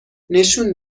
نشون